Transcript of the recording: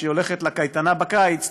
כשהיא הולכת לקייטנה בקיץ,